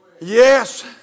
Yes